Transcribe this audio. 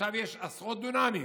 במושב יש עשרות דונמים.